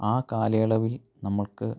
ആ കാലയളവിൽ നമ്മൾക്ക്